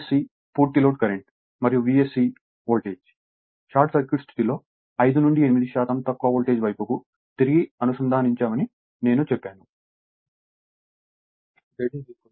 Isc పూర్తి load current మరియు Vsc voltage short circuit స్థితిలో 5 నుండి 8 శాతం తక్కువ వోల్టేజ్ వైపుకు తిరిగి అనుసంధానించామని నేను చెప్పాను